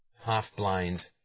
half-blind